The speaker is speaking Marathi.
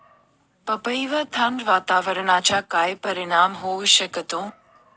पपईवर थंड वातावरणाचा काय परिणाम होऊ शकतो?